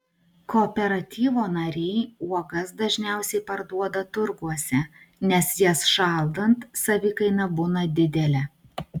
kooperatyvo nariai uogas dažniausiai parduoda turguose nes jas šaldant savikaina būna didelė